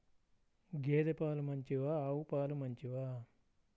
గేద పాలు మంచివా ఆవు పాలు మంచివా?